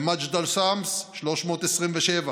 במג'דל א-שמס, 327,